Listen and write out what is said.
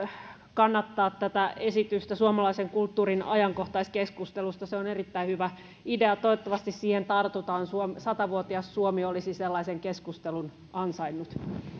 kannattaa tätä esitystä suomalaisen kulttuurin ajankohtaiskeskustelusta se on erittäin hyvä idea toivottavasti siihen tartutaan sata vuotias suomi olisi sellaisen keskustelun ansainnut